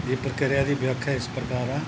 ਦੀ ਪ੍ਰਕਿਰਿਆ ਦੀ ਵਿਆਖਿਆ ਇਸ ਪ੍ਰਕਾਰ ਆ